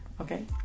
Okay